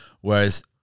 Whereas